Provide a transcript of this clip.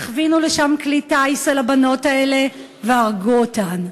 הכווינו לשם כלי טיס, על הבנות האלה, והרגו אותן.